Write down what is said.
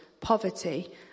poverty